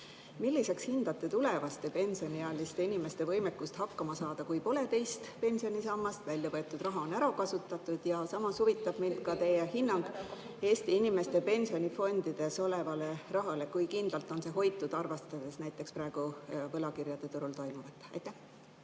Milliseks te hindate tulevaste pensioniealiste inimeste võimekust hakkama saada, kui pole teist pensionisammast, välja võetud raha on ära kasutatud? Ja samas huvitab mind ka teie hinnang Eesti inimeste pensionifondides olevale rahale. Kui kindlalt on see hoitud, arvestades näiteks praegu võlakirjade turul toimuvat? Aitäh